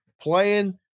playing